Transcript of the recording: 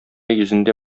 йөзендә